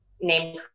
name